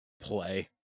play